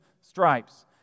stripes